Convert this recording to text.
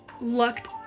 looked